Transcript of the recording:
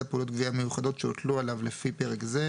פעולות גבייה מיוחדות שהוטלו עליו לפי פרק זה,